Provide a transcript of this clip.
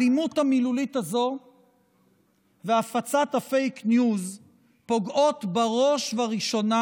האלימות המילולית הזאת והפצת הפייק ניוז פוגעות בראש וראשונה